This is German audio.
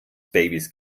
babys